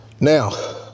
Now